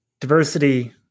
diversity